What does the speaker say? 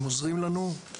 הם עוזרים לנו,